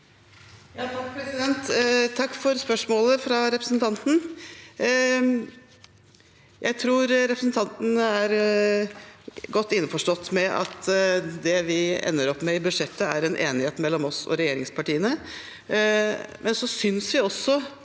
Takk for spørsmålet. Jeg tror representanten er godt innforstått med at det vi ender opp med i budsjettet, er en enighet mellom oss og regjeringspartiene. Vi synes også –